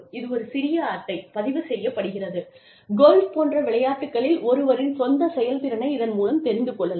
இது ஒரு சிறிய அட்டை பதிவு செய்யப் பயன்படுகிறது கோல்ஃப் போன்ற விளையாட்டுகளில் ஒருவரின் சொந்த செயல்திறனை இதன் மூலம் தெரிந்து கொள்ளலாம்